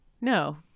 No